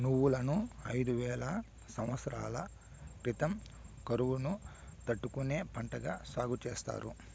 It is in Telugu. నువ్వులను ఐదు వేల సమత్సరాల క్రితం కరువును తట్టుకునే పంటగా సాగు చేసారు